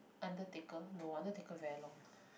undertaker no undertaker very long